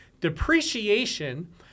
Depreciation